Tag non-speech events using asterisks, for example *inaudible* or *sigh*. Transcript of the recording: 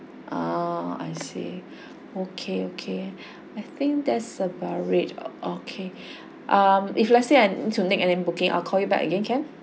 ah I see *breath* okay okay *breath* I think that's about it okay *breath* um if let's see I'll to make any booking I'll call you back again can